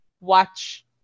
Watch